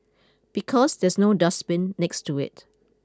because there's no dustbin next to it